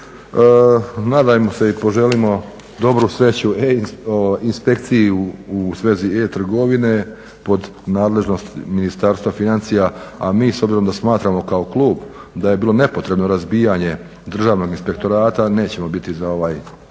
Nadajmo se i poželimo dobru sreću e-inspekciji u svezi e-trgovine pod nadležnosti Ministarstva financija, a mi s obzirom da smatramo kao klub da je bilo nepotrebno razbijanje Državnog inspektorata nećemo biti za ovaj